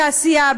בתעשייה,